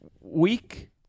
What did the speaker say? week